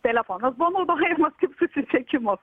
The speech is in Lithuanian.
telefonas buvo naudojamas kaip susisiekimo